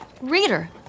Reader